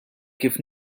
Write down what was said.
kif